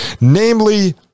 namely